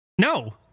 No